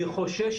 מיקי זוהר.